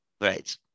Right